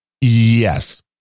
Yes